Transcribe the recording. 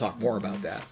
talk more about that